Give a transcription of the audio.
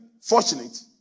fortunate